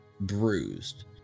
bruised